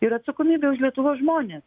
ir atsakomybė už lietuvos žmones